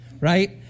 right